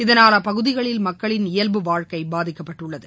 இதனால் அப்பகுதிகளில் மக்களின் இயல்பு வாழ்க்கை பாதிக்கப்பட்டுள்ளது